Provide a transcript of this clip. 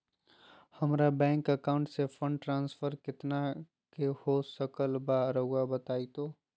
हमरा bank account से fund transfer कितना का हो सकल बा रुआ बताई तो?